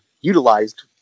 utilized